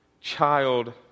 child